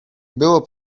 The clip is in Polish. było